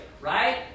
right